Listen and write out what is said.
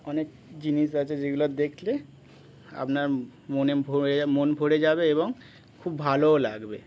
অনেক জিনিস আছে যেগুলো দেখলে আপনার মনে ভরে মন ভরে যাবে এবং খুব ভালোও লাগবে